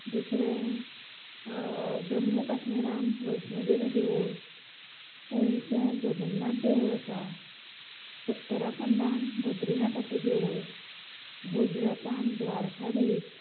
दुसरें जम्मू काश्मीराक वैष्णो देवी देवूळ पुरीचें जगन्नाथ देवूळ आसा उत्तरखंडांत भद्रीनाथाचें देवूळ गुजरातांत द्वारकाधीश